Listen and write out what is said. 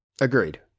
Agreed